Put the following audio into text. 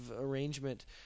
arrangement